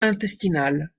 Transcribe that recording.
intestinale